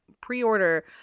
pre-order